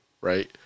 Right